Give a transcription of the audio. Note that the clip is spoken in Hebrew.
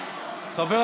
שבי.